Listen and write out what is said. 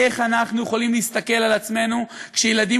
איך אנחנו יכולים להסתכל על עצמנו כשילדים